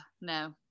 no